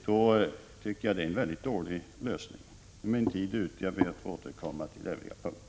Det tycker jag är en mycket dålig lösning. Min taletid är slut, och jag ber att få återkomma till övriga punkter.